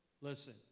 listen